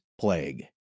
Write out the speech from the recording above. plague